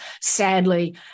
sadly